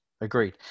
agreed